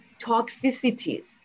toxicities